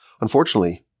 Unfortunately